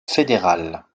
fédéral